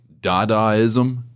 Dadaism